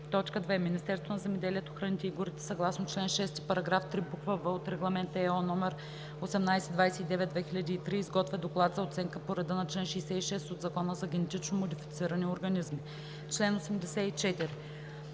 Министерството на земеделието, храните и горите съгласно чл. 6, параграф 3, буква „в“ от Регламент (ЕО) № 1829/2003 изготвя доклад за оценка по реда на чл. 66 от Закона за генетично модифицирани организми.“